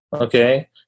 okay